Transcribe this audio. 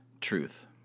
truth